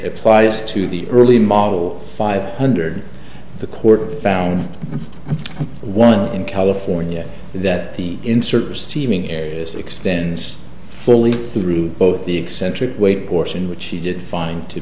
applies to the early model five hundred the court found one in california that the insert seeming areas extends fully through both the eccentric weight portion which she did find to